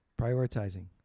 Prioritizing